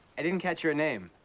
i didn't catch your name.